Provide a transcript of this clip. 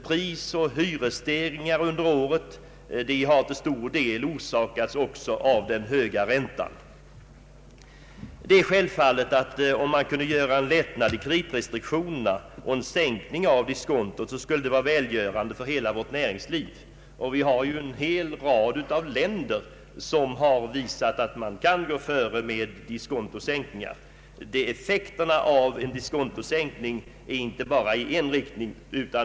Prisoch hyresstegringar under året har också till stor del orsakats av den höga räntan. Det är självfallet att lättnader i kreditrestriktionerna och en sänkning av diskontot skulle vara välgörande för hela vårt näringsliv. En hel rad länder har visat att de kan gå före med diskontosänkningar. Effekterna av en diskontosänkning verkar inte bara i en riktning.